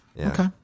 Okay